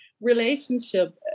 relationship